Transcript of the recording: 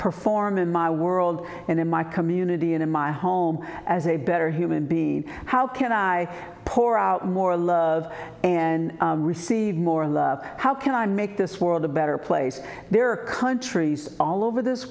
perform in my world and in my community and in my home as a better human being how can i pour out more love and receive more love how can i make this world a better place there are countries all over this